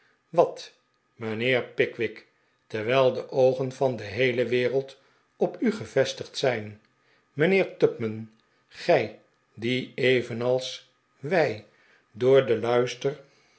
wat mijnheer pickwick terwijl de oogen van de geheele wereld op u gevestigds zijn mijnheer tupman gij die evenals wij door den luister